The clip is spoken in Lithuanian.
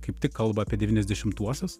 kaip tik kalba apie devyniasdešimtuosius